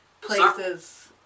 places